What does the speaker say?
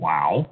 Wow